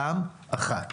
פעם אחת